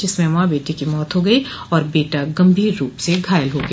जिसमें माँ बेटी की मौत हो गई और बेटा गंभीर रूप से घायल हो गया